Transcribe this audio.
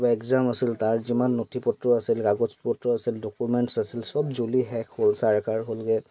কিবা একজাম আছিল তাৰ যিমান নথিপত্ৰ আছিল কাগজ পত্ৰ আছিল ডকুমেণ্টছ আছিল চব জ্বলি শেষ হ'ল চাৰখাৰ হ'লগৈ